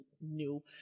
new